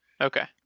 Okay